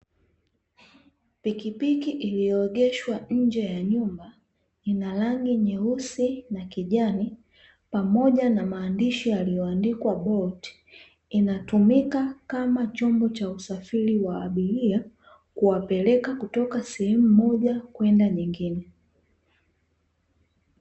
Pikipiki iliyoegeshwa nje ya nyumba ina rangi nyeusi na kijani pamoja na maandishi yaliyoandikwa "Bolt" inatumika kama chombo cha usafiri wa abiria kuwapeleka kutoka sehemu moja kwenda nyingine.